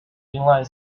inline